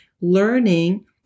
Learning